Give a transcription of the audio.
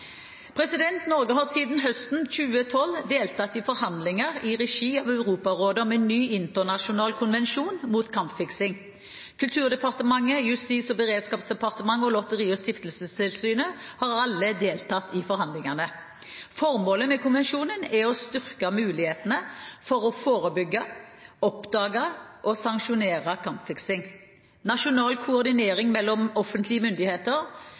Norge har siden høsten 2012 deltatt i forhandlinger i regi av Europarådet om en ny internasjonal konvensjon mot kampfiksing. Kulturdepartementet, Justis- og beredskapsdepartementet og Lotteri- og stiftelsestilsynet har alle deltatt i forhandlingene. Formålet med konvensjonen er å styrke mulighetene for å forebygge, oppdage og sanksjonere kampfiksing. Nasjonal koordinering mellom offentlige myndigheter,